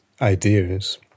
ideas